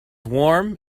warm